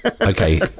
Okay